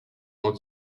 ont